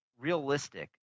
realistic